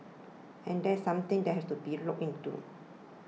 and that's something that has to be looked into